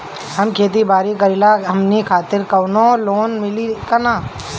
हम खेती बारी करिला हमनि खातिर कउनो लोन मिले ला का?